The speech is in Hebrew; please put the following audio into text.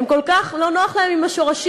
כל כך לא נוח להם עם השורשים,